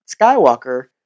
Skywalker